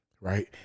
right